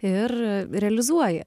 ir realizuoji